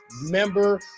member